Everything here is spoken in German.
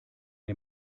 dir